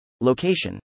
location